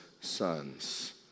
sons